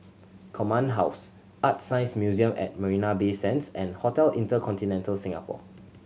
Command House ArtScience Museum at Marina Bay Sands and Hotel InterContinental Singapore